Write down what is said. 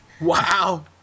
Wow